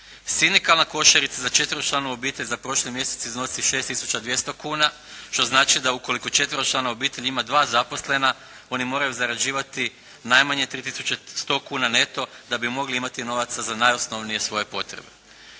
Sindikalna košarica za četveročlanu obitelj za prošli mjesec iznosi 6200 kuna, što znači da ukoliko četveročlana ima 2 zaposlena oni moraju zarađivati najmanje 3100 kuna neto da bi mogli imati novaca za najosnovnije svoje potrebe.